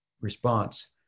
response